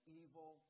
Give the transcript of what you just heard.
evil